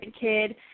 kid